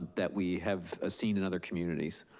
that we have ah seen in other communities.